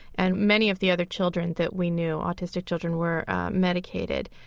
and many of the other children that we knew, autistic children, were medicated.